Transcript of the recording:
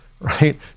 right